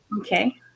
Okay